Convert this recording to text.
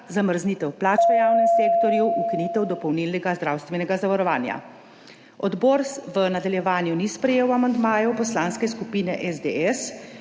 zamrznitev plač v javnem sektorju, ukinitev dopolnilnega zdravstvenega zavarovanja. Odbor v nadaljevanju ni sprejel amandmajev Poslanske skupine SDS.